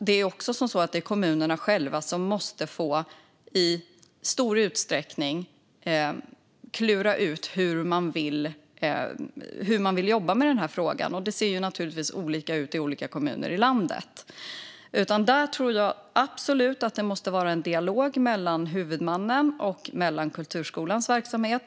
Det är också kommunerna själva som i stor utsträckning måste få klura ut hur man vill jobba med denna fråga, och det ser naturligtvis olika ut i olika kommuner i landet. Där tror jag absolut att det måste vara en dialog mellan huvudmannen och kulturskolans verksamhet.